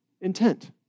intent